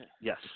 Yes